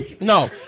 No